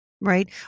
Right